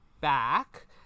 back